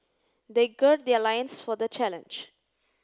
they gird their lions for the challenge